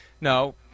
no